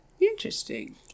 Interesting